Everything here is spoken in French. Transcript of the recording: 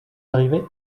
arrivé